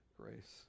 grace